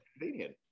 convenient